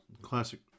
Classic